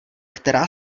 která